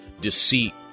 deceit